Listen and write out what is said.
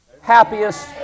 happiest